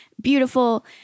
beautiful